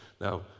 Now